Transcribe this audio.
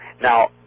Now